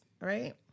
right